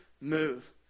move